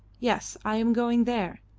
yes, i am going there,